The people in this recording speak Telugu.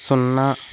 సున్నా